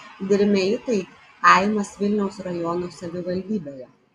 dirmeitai kaimas vilniaus rajono savivaldybėje